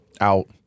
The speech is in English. Out